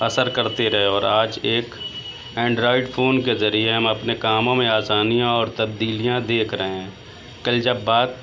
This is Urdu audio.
اثر کرتے رہے اور آج ایک اینڈرائڈ فون کے ذریعے ہم اپنے کاموں میں آسانیاں اور تبدیلیاں دیکھ رہے ہیں کل جب بات